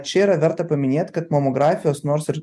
čia yra verta paminėt kad mamografijos nors ir